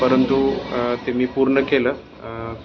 परंतु ते मी पूर्ण केलं